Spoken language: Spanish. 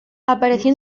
apareció